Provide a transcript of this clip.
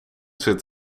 zit